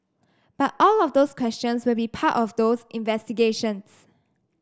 but all of those questions will be part of those investigations